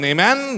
Amen